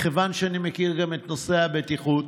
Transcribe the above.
מכיוון שאני מכיר גם את נושא הבטיחות,